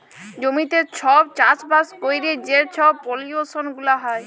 জমিতে ছব চাষবাস ক্যইরে যে ছব পলিউশল গুলা হ্যয়